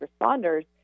responders